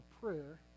prayer